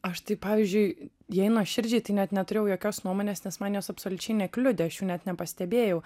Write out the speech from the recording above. aš tai pavyzdžiui jei nuoširdžiai tai net neturėjau jokios nuomonės nes man jos absoliučiai nekliudė net nepastebėjau